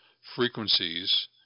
frequencies